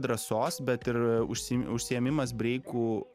drąsos bet ir užsi užsiėmimas breiku